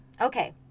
Okay